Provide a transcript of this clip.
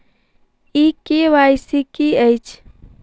ई KYC की अछि?